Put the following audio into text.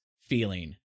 feeling